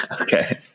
okay